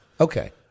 Okay